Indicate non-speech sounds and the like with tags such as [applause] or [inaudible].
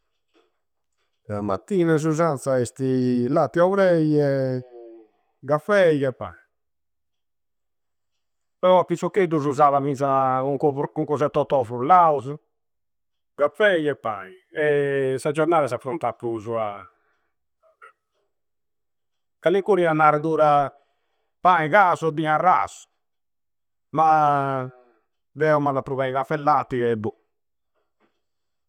La mattina s'usanza esti latti e obrei, [hesitation] caffei e pai. Però a piccioccheddusu s'usada finza u covor. U cosu e torto frullausu, caffei e pai. [hesitation] E sa giornada s'affronta prusu a. [hesitation] Calincunu a nari pura pai, casu e biu a rasu. Ma [hesitation] deu m'anda pru bei caffe e latti e bho!